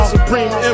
Supreme